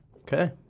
Okay